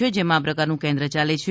છે જેમાં આ પ્રકારનું કેન્દ્ર ચાલે છે